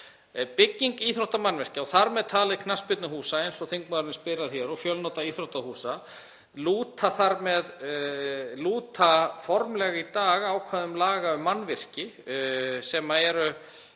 Bygging íþróttamannvirkja og þar með talið knattspyrnuhúsa, eins og þingmaðurinn spyr að hér, og fjölnota íþróttahúsa lúta formlega í dag ákvæðum laga um mannvirki sem er